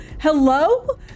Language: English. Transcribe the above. Hello